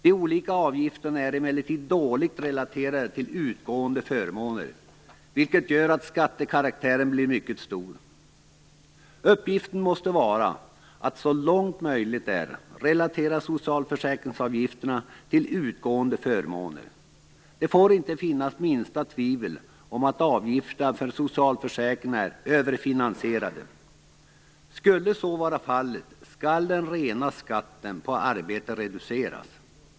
De olika avgifterna är emellertid dåligt relaterade till utgående förmåner, vilket gör att skattekaraktären blir mycket stor. Uppgiften måste vara att så långt möjligt är relatera socialförsäkringsavgifterna till utgående förmåner. Det får inte finnas minsta tvivel om att avgifterna för socialförsäkringarna är överfinansierade. Skulle så vara fallet skall den rena skatten på arbete reduceras.